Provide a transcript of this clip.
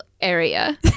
area